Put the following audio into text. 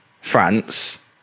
France